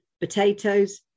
Potatoes